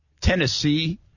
Tennessee